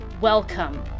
Welcome